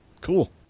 Cool